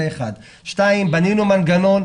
בנינו מנגנון.